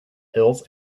hills